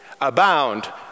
Abound